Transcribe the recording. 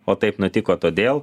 o taip nutiko todėl